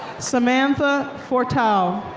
samantha forteau.